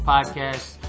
Podcast